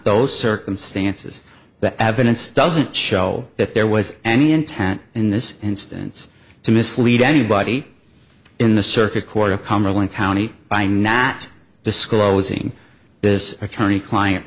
those circumstances the evidence doesn't show that there was any intent in this instance to mislead anybody in the circuit court of cumberland county by not disclosing this attorney client